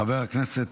חבר הכנסת